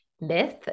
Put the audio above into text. myth